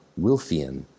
Wilfian